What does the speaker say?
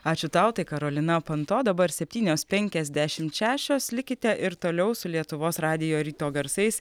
ačiū tau tai karolina panto dabar septynios penkiasdešimt šešios likite ir toliau su lietuvos radijo ryto garsais